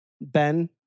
Ben